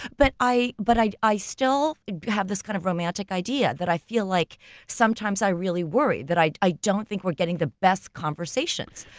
but, i but i still have this kind of romantic idea that i feel like sometimes i really worry that i i don't think we're getting the best conversations.